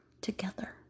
together